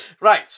Right